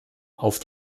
auf